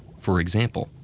for example,